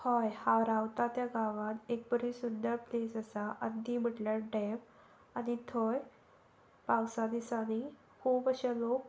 हय हांव रावता त्या गांवांत एक बरी सुंदर प्लेस आसा अंदी म्हटल्यार डॅम आनी थंय पावसा दिसांनी खूब अशे लोक